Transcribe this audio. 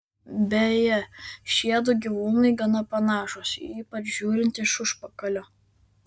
beje šiedu gyvūnai gana panašūs ypač žiūrint iš užpakalio